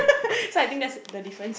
so I think that's the difference